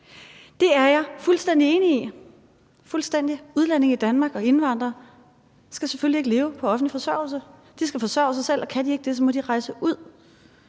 Det er jeg fuldstændig enig i – fuldstændig. Udlændinge i Danmark og indvandrere skal selvfølgelig ikke leve på offentlig forsørgelse. De skal forsørge sig selv, og kan de ikke det, må de rejse ud.